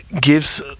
gives